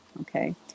Okay